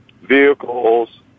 vehicles